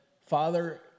Father